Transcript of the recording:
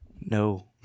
No